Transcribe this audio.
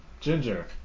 Ginger